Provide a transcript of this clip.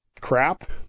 crap